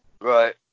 Right